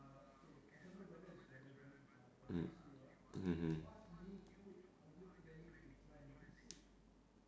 mm mmhmm